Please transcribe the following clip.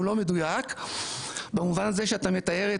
הוא לא מדויק במובן הזה שאתה מתאר את